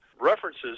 references